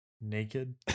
Naked